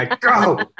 go